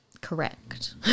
Correct